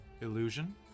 Illusion